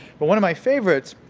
but one of my favorites,